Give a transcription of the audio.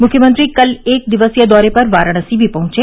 मुख्यमंत्री कल एक दिवसीय दौरे पर वाराणसी भी पहुंचे